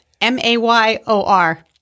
M-A-Y-O-R